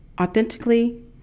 authentically